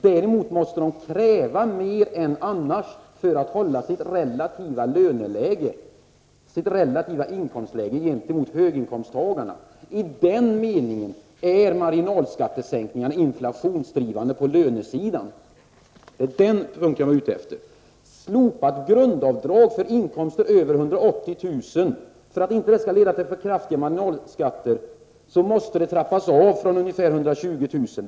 Däremot måste de kräva mer än annars för att få behålla sitt relativa inkomstläge gentemot höginkomsttagarna. I den meningen är marginalskattesänkningar inflationsdrivande på lönesidan. Det var detta jag var ute efter. För att inte ett slopat grundavdrag för inkomster över 180 000 kr. skall leda till för kraftiga marginalskatteeffekter måste det trappas av från ungefär 140 000 kr.